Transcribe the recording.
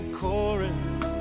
chorus